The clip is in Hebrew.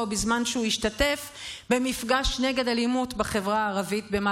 בזמן שהוא השתתף במפגש נגד אלימות בחברה הערבית,